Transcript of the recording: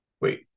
Wait